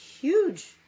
huge